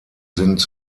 sind